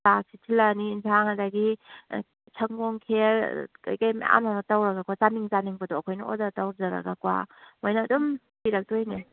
ꯆꯥꯛꯁꯤ ꯊꯤꯜꯂꯛꯑꯅꯤ ꯌꯦꯟꯁꯥꯡ ꯑꯗꯨꯗꯒꯤ ꯁꯪꯒꯣꯝ ꯈꯦꯔ ꯀꯩꯀꯩ ꯃꯌꯥꯝ ꯑꯃ ꯇꯧꯔꯒꯀꯣ ꯆꯥꯅꯤꯡ ꯆꯥꯅꯤꯡꯕꯗꯣ ꯑꯩꯈꯣꯏꯅ ꯑꯣꯔꯗꯔ ꯇꯧꯖꯔꯒꯀꯣ ꯃꯣꯏꯅ ꯑꯗꯨꯝ ꯄꯤꯔꯛꯇꯣꯏꯅꯦ